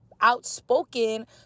outspoken